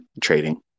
trading